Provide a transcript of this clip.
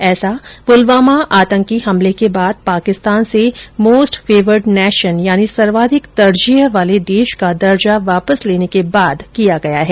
ऐसा पुलवामा आतंकवादी हमले के बाद पाकिस्तान से मोस्ट फेवर्ड नेशन यानि सर्वाधिक तरजीह वाले देश का दर्जा वापस लेने के बाद किया गया है